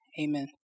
Amen